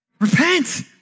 Repent